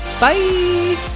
Bye